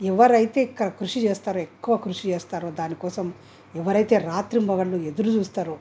ఎవరైతే క కృషి చేస్తారో ఎక్కువ కృషి చేస్తారో దాని కోసం ఎవరైతే రాత్రింబవళ్ళు ఎదురు చూస్తారో